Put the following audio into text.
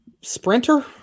Sprinter